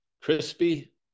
Crispy